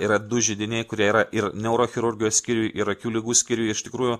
yra du židiniai kurie yra ir neurochirurgijos skyriuj ir akių ligų skyriuj iš tikrųjų